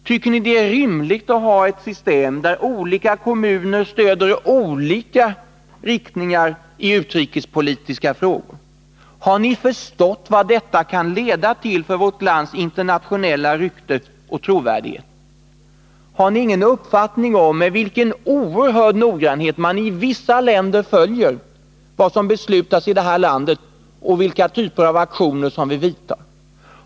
Tycker ni det är rimligt att ha ett system där olika kommuner stöder olika riktningar i utrikespolitiska frågor? Har ni förstått vad detta kan leda till för vårt lands internationella rykte och trovärdighet? Har ni en uppfattning om med vilken oerhörd noggrannhet man i vissa länder följer vad som beslutas i det här landet och vilka typer av aktioner som vi vidtar?